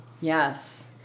Yes